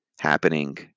happening